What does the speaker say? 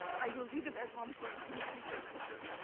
i will read it at one point in the future i'm sure.